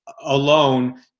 alone